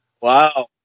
Wow